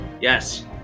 yes